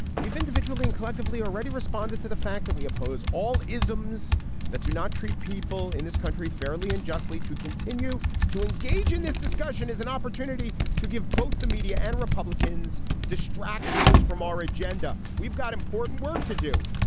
we've individually and collectively already responded to the fact that we oppose all isms that do not treat people in this country fairly and justly to continue to engage in this discussion is an opportunity to give both the media and republicans distractions from our agenda. we've got important work to do.